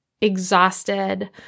exhausted